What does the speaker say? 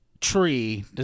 tree